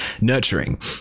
nurturing